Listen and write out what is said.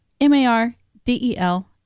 M-A-R-D-E-L